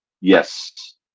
Yes